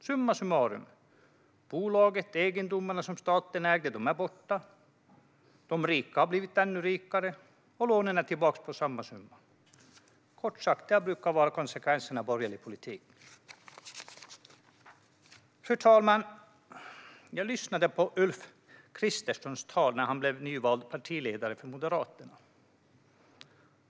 Summa summarum: Bolaget och egendomarna som staten ägde är borta. De rika har blivit ännu rikare, och lånen är tillbaka på samma summa. Kort sagt: Det är det som brukar vara konsekvenserna av borgerlig politik. Fru talman! Jag lyssnade på Ulf Kristerssons tal när han blev nyvald partiledare för Moderaterna.